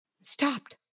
Stopped